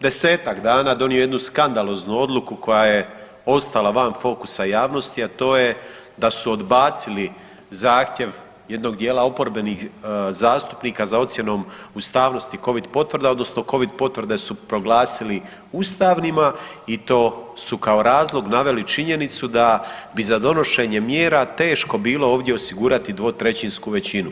desetak dana donio jednu skandaloznu odluku koja je ostala van fokusa javnosti, a to je da su odbacili zahtjev jednog dijela oporbenih zastupnika za ocjenom ustavnosti covid potvrda odnosno covid potvrde su proglasili ustavnima i to su kao razlog naveli činjenicu da je bi za donošenje mjera teško bilo ovdje osigurati dvotrećinsku većinu.